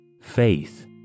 Faith